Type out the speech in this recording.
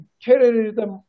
terrorism